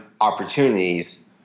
opportunities